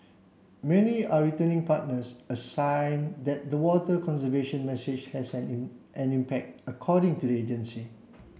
many are returning partners a sign that the water conservation message has an impact according to the agency